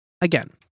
again